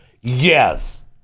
Yes